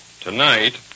Tonight